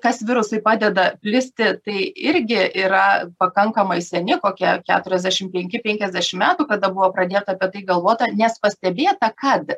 kas virusui padeda plisti tai irgi yra pakankamai seni kokie keturiasdešim penki penkiasdešim metų kada buvo pradėta apie tai galvota nes pastebėta kad